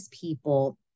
people